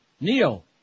Neil